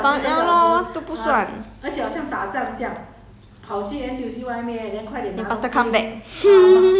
也不算 ah 你出去才那才那 ya lor 都不算